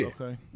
okay